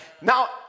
Now